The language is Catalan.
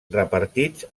repartits